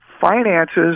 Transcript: finances